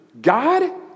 God